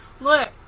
Look